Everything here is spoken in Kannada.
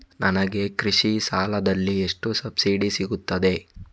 ನನಗೆ ಕೃಷಿ ಸಾಲದಲ್ಲಿ ಎಷ್ಟು ಸಬ್ಸಿಡಿ ಸೀಗುತ್ತದೆ?